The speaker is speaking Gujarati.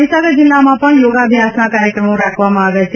મહીસાગર જિલ્લામાં પણ યોગઅભ્યાસના કાર્યક્રમો રાખવામાં આવ્યા છે